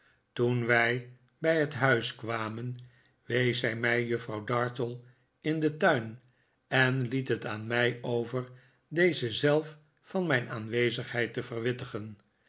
toen wij bij het huis kwamen wees zij mij juffrouw dartle in den tuin en liet het aan mij over deze zelf van mijn aanwezigheid te verwittigen